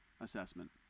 assessment